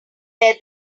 here